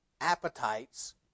appetites